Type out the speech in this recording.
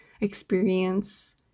experience